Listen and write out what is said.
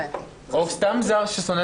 או סתם זר ששונא